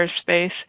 space